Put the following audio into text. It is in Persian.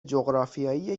جغرافیایی